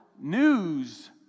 news